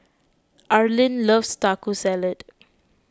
Arlin loves Taco Salad